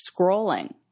scrolling